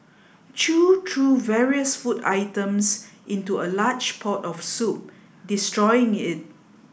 chew threw various food items into a large pot of soup destroying it